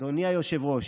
אדוני היושב-ראש,